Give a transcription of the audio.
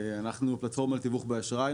אנחנו פלטפורמת תיווך באשראי,